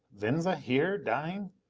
venza here dying?